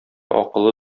акыллы